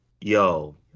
yo